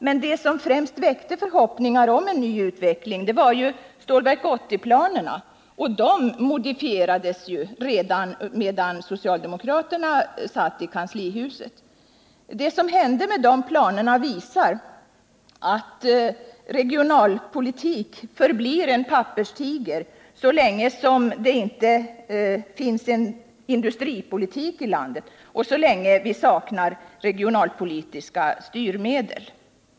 Men det som främst väckte förhoppningar om en ny utveckling var Stålverk 80-planerna, och de modifierades ju redan medan socialdemokraterna satt i kanslihuset. Det som hände med de planerna visar att regionalpolitik förblir en papperstiger så länge som det inte finns en industripolitik i landet och så länge som vi saknar regionalpolitiska styrmedel.